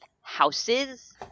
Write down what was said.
houses